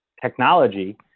technology